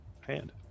hand